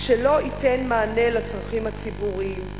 שלא ייתן מענה לצרכים הציבוריים.